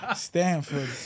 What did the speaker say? Stanford